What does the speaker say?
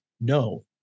no